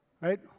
Right